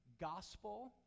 gospel